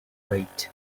wait